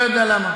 לא יודע למה.